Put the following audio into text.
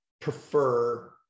prefer